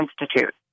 Institute